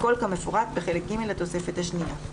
הכול כמפורט בחלק ג' לתוספת השנייה.